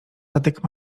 tadek